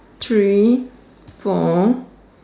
three four